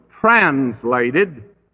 translated